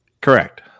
Correct